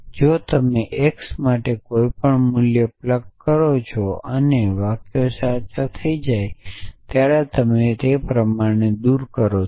જો તમે x માટે કોઈપણ મૂલ્ય પ્લગ કરો છો અને વાક્યો સાચા થઈ જાય છે અને તમે પ્રમાણને દૂર કરો છો